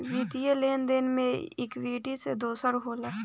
वित्तीय लेन देन मे ई इक्वीटी से दोसर होला